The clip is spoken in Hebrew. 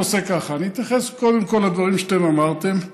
ברשותכם, אני אתייחס קודם כול לדברים שאתם אמרתם,